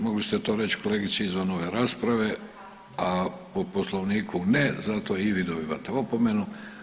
Mogli ste to reći kolegici izvan ove rasprave, a po Poslovniku ne, zato i vi dobivate opomenu.